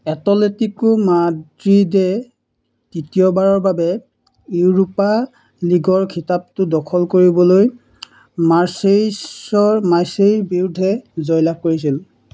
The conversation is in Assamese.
এটলেটিকো মাদ্ৰিদে তৃতীয়বাৰৰ বাবে ইউৰোপা লীগৰ খিতাপটো দখল কৰিবলৈ মাৰ্ছেইছৰ মাৰ্ছেইৰ বিৰুদ্ধে জয়লাভ কৰিছিল